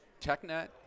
TechNet